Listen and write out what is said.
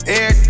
Air